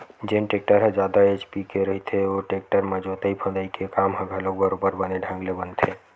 जेन टेक्टर ह जादा एच.पी के रहिथे ओ टेक्टर म जोतई फंदई के काम ह घलोक बरोबर बने ढंग के बनथे